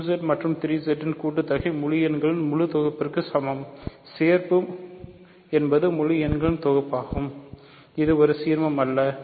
2Z மற்றும் 3Z இன் கூட்டுத்தொகை முழு எண்களின் முழு தொகுப்பிற்கு சமம் சேர்ப்பு என்பது முழு எண்களின் தொகுப்பாகும் இது ஒரு சீர்மம் அல்ல